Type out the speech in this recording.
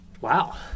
Wow